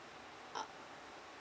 ah